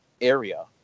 area